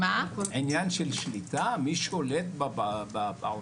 עניין של שליטה, מי שולט בפעוטות?